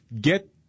get